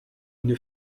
une